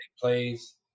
plays